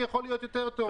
זה יכול להיות יותר טוב.